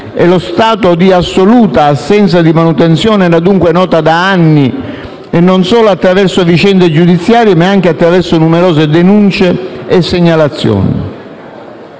e lo stato di assoluta assenza di manutenzione erano dunque noti da anni, e non solo attraverso vicende giudiziarie, ma anche attraverso numerose denunce e segnalazioni.